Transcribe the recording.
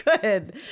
Good